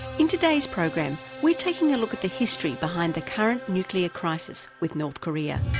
in today's program we're taking a look at the history behind the current nuclear crisis with north korea.